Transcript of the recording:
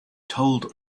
told